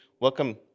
Welcome